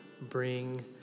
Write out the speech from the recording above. bring